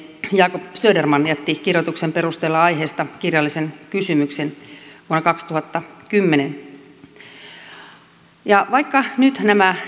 jacob söderman jätti kirjoituksen perusteella aiheesta kirjallisen kysymyksen vuonna kaksituhattakymmenen vaikka nyt nämä